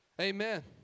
Amen